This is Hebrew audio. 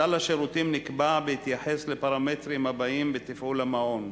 סל השירותים נקבע בהתייחס לפרמטרים הבאים בתפעול המעון: